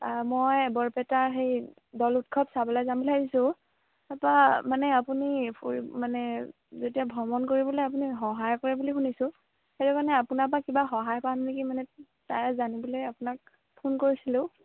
মই বৰপেটা হেৰি দৌল উৎসৱ চাবলৈ যাম বুলি ভাবিছোঁ তাৰপৰা মানে আপুনি ফুৰি মানে যেতিয়া ভ্ৰমণ কৰিবলৈ আপুনি সহায় কৰে বুলি শুনিছোঁ সেইটো কাৰণে আপোনাৰপৰা কিবা সহায় পাম নেকি মানে তাৰে জানিবলৈ আপোনাক ফোন কৰিছিলোঁ